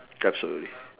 absolutely